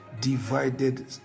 divided